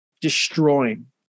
destroying